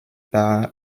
par